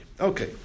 okay